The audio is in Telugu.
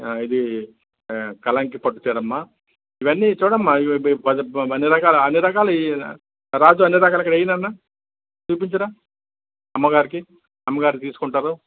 ఆ ఇది ఆ కళంకి పట్టు చీర అమ్మా ఇవన్నీ చూడు అమ్మా ఇవి అన్ని రకాల అన్ని రకాల ఈ రాజు అన్నీ రకాలు ఇక్కడ వెయ్యి నాన్నా చూపించు రా అమ్మగారికి అమ్మగారు తీసుకుంటారు